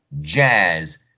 jazz